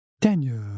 Daniel